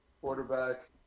quarterback